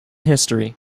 history